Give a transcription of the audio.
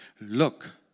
Look